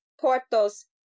Porto's